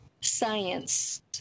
science